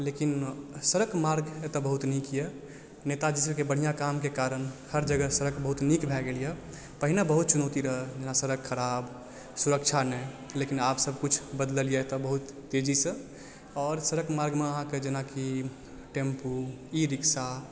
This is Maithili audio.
लेकिन सड़क मार्ग एतय बहुत नीक यऽ नेताजी सबके बढ़िऑं काम के कारण हर जगह सड़क बहुत नीक भए गेल यऽ पहिने बहुत चुनौती रहय जेना सड़क खराब सुरक्षा नहि लेकिन आब सब किछु बदलल यऽ एतौ बहुत तेज़ी सॅं आओर सड़क मार्गमे अहाँक़े जेनाकि टेम्पू ई रिक्सा